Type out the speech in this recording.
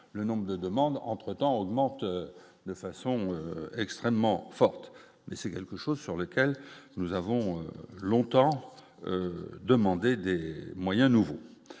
le nombre de demandes entre-temps temps augmentent de façon extrêmement forte, c'est quelque chose sur lequel nous avons longtemps demandé des moyens nouveaux